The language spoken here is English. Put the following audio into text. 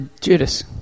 Judas